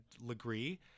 Legree